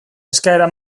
eskaera